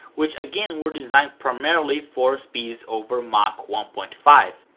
which again were designed primarily for speeds over mach one point five.